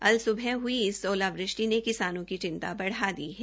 आज सब्ह हई इस ओलावृष्टि ने किसानों की चिंता बढ़ा दी है